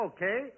Okay